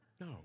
No